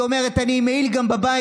היא אומרת: אני עם מעיל גם בבית,